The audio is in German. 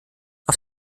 auf